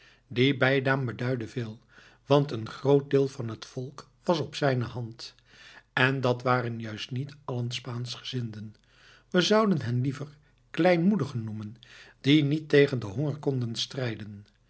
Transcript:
die bijnaam beduidde veel want een groot deel van het volk was op zijne hand en dat waren nu juist niet allen spaanschgezinden we zouden hen liever kleinmoedigen noemen die niet tegen den honger konden strijden